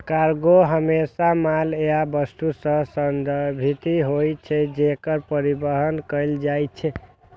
cargo हमेशा माल या वस्तु सं संदर्भित होइ छै, जेकर परिवहन कैल जाइ छै